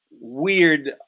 weird